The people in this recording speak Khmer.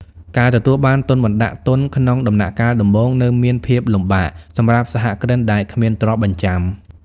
ការទទួលបានទុនបណ្ដាក់ទុនក្នុងដំណាក់កាលដំបូងនៅមានភាពលំបាកសម្រាប់សហគ្រិនដែលគ្មានទ្រព្យបញ្ចាំ។